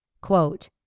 quote